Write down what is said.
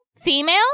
female